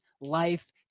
life